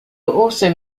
also